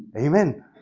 Amen